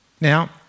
Now